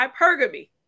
hypergamy